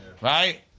Right